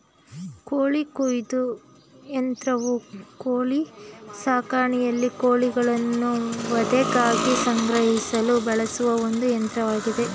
ಕೋಳಿ ಕೊಯ್ಲು ಯಂತ್ರವು ಕೋಳಿ ಸಾಕಾಣಿಕೆಯಲ್ಲಿ ಕೋಳಿಗಳನ್ನು ವಧೆಗಾಗಿ ಸಂಗ್ರಹಿಸಲು ಬಳಸುವ ಒಂದು ಯಂತ್ರವಾಗಿದೆ